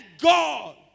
God